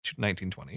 1920